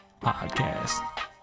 podcast